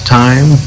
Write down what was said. time